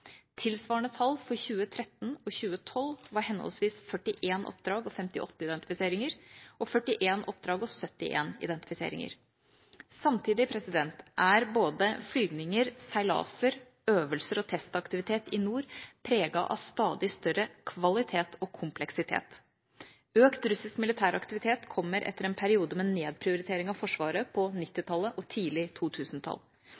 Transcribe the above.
Tilsvarende tall for 2013 og 2012 var henholdsvis 41 oppdrag og 58 identifiseringer og 41 oppdrag og 71 identifiseringer. Samtidig er både flyvninger, seilaser, øvelser og testaktivitet i nord preget av stadig større kvalitet og kompleksitet. Økt russisk militæraktivitet kommer etter en periode med nedprioritering av Forsvaret på 1990-tallet og tidlig